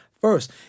First